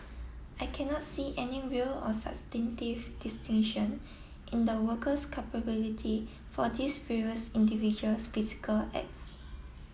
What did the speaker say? I cannot see any will or substantive distinction in the worker's culpability for these various individuals physical acts